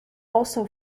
also